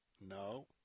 No